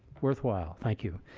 worthwhile. thank you.